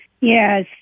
Yes